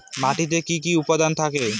মাটিতে কি কি উপাদান থাকে?